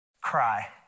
cry